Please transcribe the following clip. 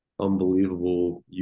unbelievable